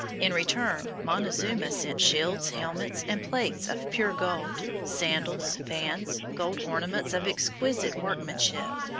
in return, montezuma sent shields, helmets, and plates of pure gold, sandals, fans, gold ornaments of exquisite workmanship,